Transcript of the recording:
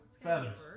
Feathers